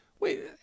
Wait